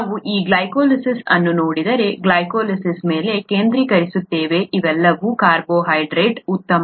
ನಾವು ಈ ಗ್ಲೈಕೋಲಿಸಿಸ್ ಅನ್ನು ನೋಡಿದರೆ ಗ್ಲೈಕೋಲಿಸಿಸ್ ಮೇಲೆ ಕೇಂದ್ರೀಕರಿಸುತ್ತೇವೆ ಇವೆಲ್ಲವೂ ಕಾರ್ಬೋಹೈಡ್ರೇಟ್ ಉತ್ತಮ